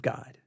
God